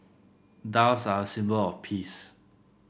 doves are a symbol of peace